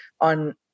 on